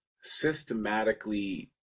systematically